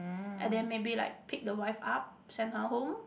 and then maybe like pick the wife up send her home